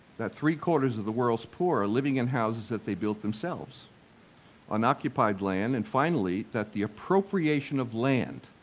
that three-quarters of the world's poor are living in houses that they built themselves on occupied land. and finally, that the appropriation of land,